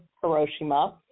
Hiroshima